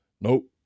Nope